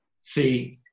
See